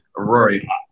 Rory